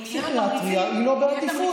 פסיכיאטריה היא לא בעדיפות.